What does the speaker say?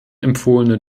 empfohlene